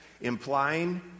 implying